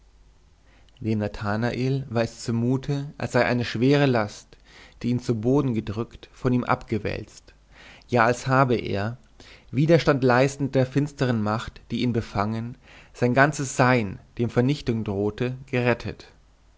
dem nathanael war es zumute als sei eine schwere last die ihn zu boden gedrückt von ihm abgewälzt ja als habe er widerstand leistend der finstern macht die ihn befangen sein ganzes sein dem vernichtung drohte gerettet